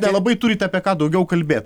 nelabai turit apie ką daugiau kalbėt